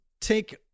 take